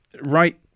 right